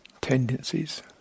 tendencies